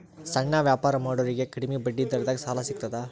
ಸಣ್ಣ ವ್ಯಾಪಾರ ಮಾಡೋರಿಗೆ ಕಡಿಮಿ ಬಡ್ಡಿ ದರದಾಗ್ ಸಾಲಾ ಸಿಗ್ತದಾ?